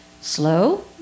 slow